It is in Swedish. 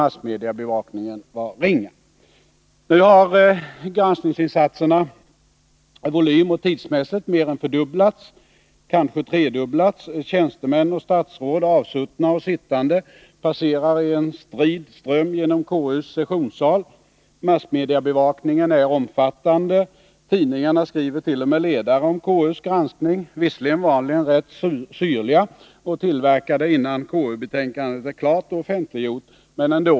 Massmediabevakningen var ringa. Nu har granskningsinsatserna i volym och tid mer än fördubblats, kanske tredubblats. Tjänstemän och statsråd, avsuttna och sittande, passerar i en strid ström genom KU:s sessionssal. Massmediabevakningen är omfattande. Tidningarna skrivert.o.m. ledare om KU:s granskning, visserligen vanligen rätt syrliga och tillverkade innan KU-betänkandet är klart och offentliggjort, men ändå.